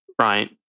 right